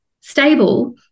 stable